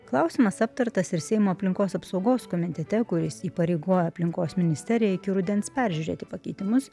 klausimas aptartas ir seimo aplinkos apsaugos komitete kuris įpareigojo aplinkos ministeriją iki rudens peržiūrėti pakeitimus